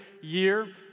year